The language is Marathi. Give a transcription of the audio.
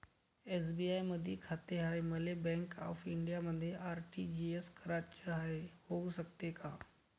एस.बी.आय मधी खाते हाय, मले बँक ऑफ इंडियामध्ये आर.टी.जी.एस कराच हाय, होऊ शकते का?